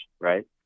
right